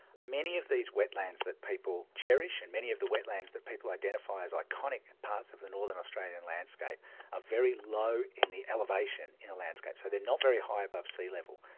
many of these wetlands that people cherish, and many of the wetlands that people identify as iconic parts of the northern australian landscape are ah very low in the elevation in the landscape. so they're not very high above sea level.